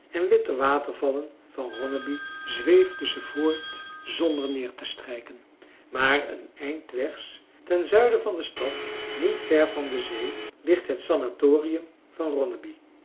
en witte watervallen van ronneby zweefde ze voort zonder neer te strijken maar een eindwegs ten zuiden van de stad niet ver van de zee ligt het sanatorium van ronneby